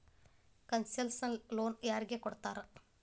Concessional loan ಯಾರಿಗ್ ಕೊಡ್ತಾರ?